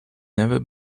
never